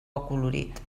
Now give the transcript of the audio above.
acolorit